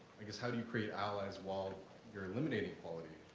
i guess, how do you create allies while you're eliminating equality